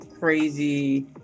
crazy